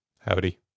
Howdy